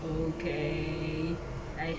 okay